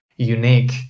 Unique